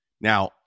Now